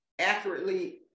accurately